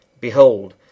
Behold